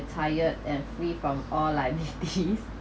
retired and free from all liabilities